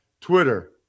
Twitter